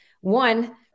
one